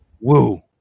Woo